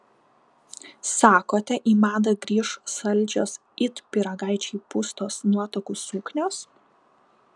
sakote į madą grįš saldžios it pyragaičiai pūstos nuotakų suknios